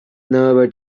number